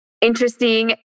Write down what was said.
interesting